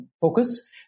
focus